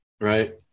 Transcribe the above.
Right